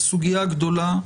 סוגיה גדולה.